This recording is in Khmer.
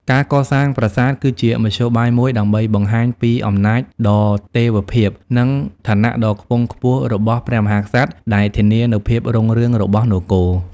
ការកសាងប្រាសាទ គឺជាមធ្យោបាយមួយដើម្បីបង្ហាញពីអំណាចដ៏ទេវភាព និងឋានៈដ៏ខ្ពង់ខ្ពស់របស់ព្រះមហាក្សត្រ ដែលធានានូវភាពរុងរឿងរបស់នគរ។